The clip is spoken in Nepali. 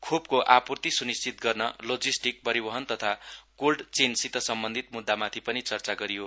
खोपको आपूर्ति सुनिश्चित गर्न लोजिस्टिक परिवहन तथा कोल्ड चेनसित सम्बन्धित मुद्दामाथि पनि चर्चा गरियो